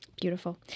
Beautiful